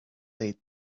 they